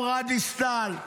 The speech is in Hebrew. אמרה דיסטל,